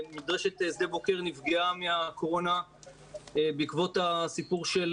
מדרשת שדה בוקר נפגעה מהקורונה בעקבות הסיפור של